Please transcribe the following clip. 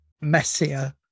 messier